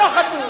לא חתמו.